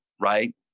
right